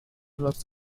blocks